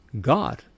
God